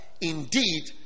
Indeed